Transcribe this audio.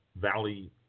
Valley